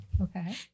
Okay